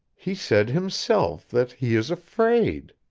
he said, himself, that he is afraid.